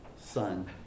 son